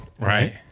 Right